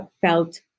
felt